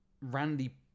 Randy